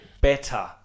better